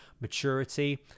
Maturity